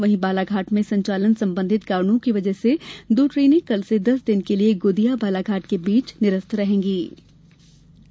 वहीं बालाघाट में संचालन संबंधित कारणों की वजह से दो ट्रेने कल से दस दिन के लिये गोदिया बालाघाट के बीच निरस्त रहेगीं